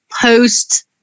post